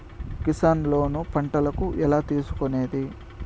Kisan loan పంటలకు ఎలా తీసుకొనేది?